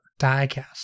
Diecast